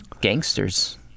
Gangsters